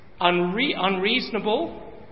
unreasonable